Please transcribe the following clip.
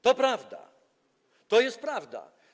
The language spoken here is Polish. To prawda, to jest prawda.